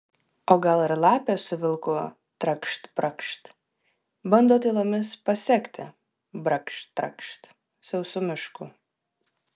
o gal ir lapė su vilku trakšt brakšt bando tylomis pasekti brakšt trakšt sausu mišku